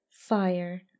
fire